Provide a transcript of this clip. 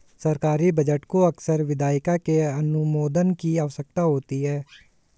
सरकारी बजट को अक्सर विधायिका के अनुमोदन की आवश्यकता होती है